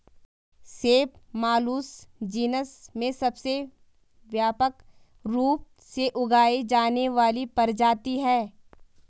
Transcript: सेब Malus genus में सबसे व्यापक रूप से उगाई जाने वाली प्रजाति है